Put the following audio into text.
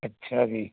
ਅੱਛਾ ਜੀ